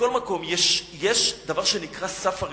מכל מקום, יש דבר שנקרא "סף הרתיחה"